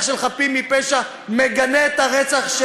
אבל לפחות אני יכול לשמוע ממך שאתה מגנה את אותו פיגוע?